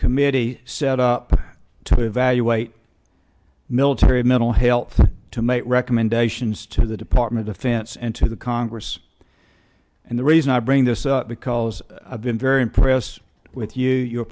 committee set up to evaluate military mental health to make recommendations to the department of finance and to the congress and the reason i bring this up because i've been very impressed with you you